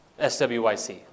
SWYC